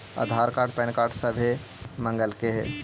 आधार card PAN card सभे मगलके हे?